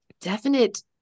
definite